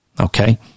okay